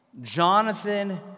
Jonathan